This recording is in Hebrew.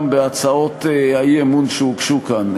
גם בהצעות האי-אמון שהוגשו כאן.